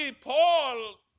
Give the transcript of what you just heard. Paul